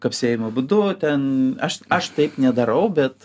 kapsėjimo būdu ten aš aš taip nedarau bet